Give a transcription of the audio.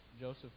Joseph